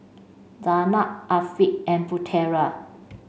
Zaynab Afiq and Putera